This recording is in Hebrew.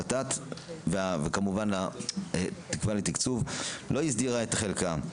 הות"ת וכמובן התקווה לתקצוב לא הסדירה את חלקם.